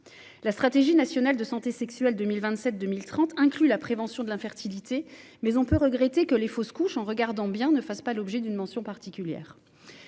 La Stratégie nationale de santé sexuelle 2017-2030 inclut la prévention de l'infertilité, mais on peut regretter que les fausses couches ne fassent pas l'objet d'une mention particulière.